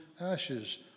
ashes